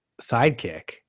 sidekick